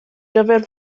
gyfer